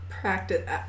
practice